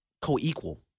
co-equal